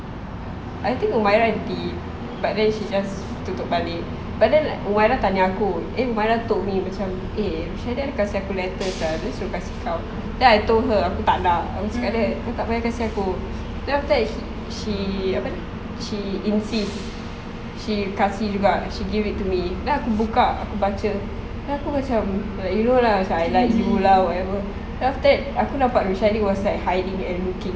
I think humaira did but then she just tutup balik but then like humaira tanya aku eh humaira told me macam eh macam mana dia kasi aku letter sia dia suruh kasi kau then I told her aku tak nak aku cakap dengan dia tak payah kasi aku then after that she apa ni she insist she kasi juga she give it to me then aku buka aku baca then aku macam you know lah I like you lah whatever then after that aku nampak rushaidi was like hiding and looking